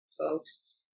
folks